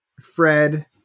Fred